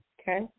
Okay